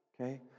Okay